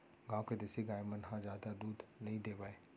गॉँव के देसी गाय मन ह जादा दूद नइ देवय